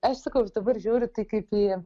aš sakau aš dabar žiūri į tai kaip į